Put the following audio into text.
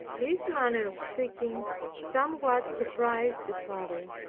this manner of speaking somewhat surprised the father.